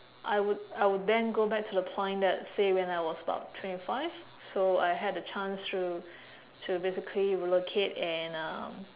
I would I would then go back to the point that say when I was about twenty five so I had a chance to to basically relocate and uh